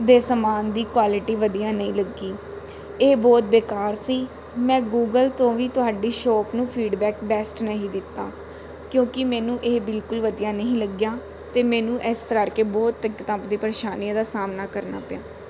ਦੇ ਸਮਾਨ ਦੀ ਕੁਆਲਿਟੀ ਵਧੀਆ ਨਹੀਂ ਲੱਗੀ ਇਹ ਬਹੁਤ ਬੇਕਾਰ ਸੀ ਮੈਂ ਗੂਗਲ ਤੋਂ ਵੀ ਤੁਹਾਡੀ ਸ਼ੌਪ ਨੂੰ ਫੀਡਬੈਕ ਬੈਸਟ ਨਹੀਂ ਦਿੱਤਾ ਕਿਉਂਕਿ ਮੈਨੂੰ ਇਹ ਬਿਲਕੁਲ ਵਧੀਆ ਨਹੀਂ ਲੱਗਿਆ ਅਤੇ ਮੈਨੂੰ ਇਸ ਕਰਕੇ ਬਹੁਤ ਦਿੱਕਤਾਂ ਅਤੇ ਪਰੇਸ਼ਾਨੀਆਂ ਦਾ ਸਾਹਮਣਾ ਕਰਨਾ ਪਿਆ